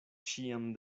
ĉiam